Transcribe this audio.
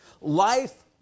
Life